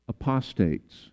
Apostates